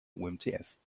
umts